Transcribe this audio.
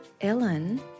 Ellen